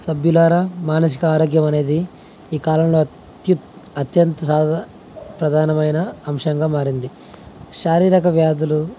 సభ్యులారా మానసిక ఆరోగ్యం అనేది ఈ కాలంలో అత్యు అత్యంత సధ ప్రధానమైన అంశంగా మారింది శారీరక వ్యాధులు